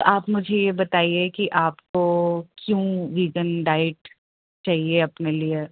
آپ مجھے یہ بتائیے کہ آپ کو کیوں ویگن ڈائٹ چاہیے اپنے لیے